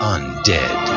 Undead